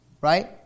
Right